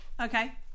Okay